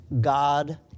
God